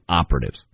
operatives